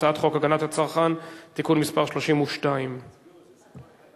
הצעת חוק הגנת הצרכן (תיקון מס' 32). סעיפים 1